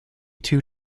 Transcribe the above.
two